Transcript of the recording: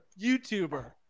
YouTuber